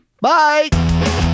Bye